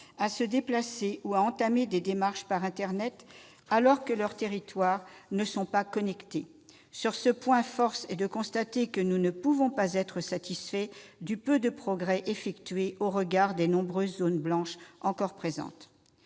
à se déplacer ou à entamer des démarches par internet, alors que leur territoire n'est pas connecté ! Sur ce point, force est de reconnaître que nous ne pouvons pas être satisfaits du peu de progrès effectué au regard des nombreuses zones blanches encore présentes.